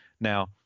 Now